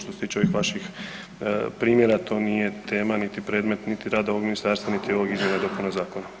Što se tiče ovih vaših primjera, to nije tema niti predmet niti rad ovog ministarstva niti ovih izmjena i dopuna zakona.